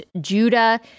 Judah